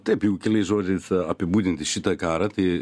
taip jeigu keliais žodžiais apibūdinti šitą karą tai